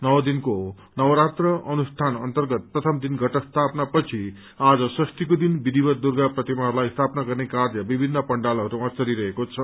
नौ दिनको नवरात्र अनुष्ठान अर्न्तगत प्रथम दिन घट स्थापना पछि आज षष्ठीको दिन विधिवत दुर्गा प्रतिमाहरूलाई स्थापना गर्ने कार्य विभिन्न पण्डालहरूमा चलिरहेको छ